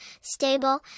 stable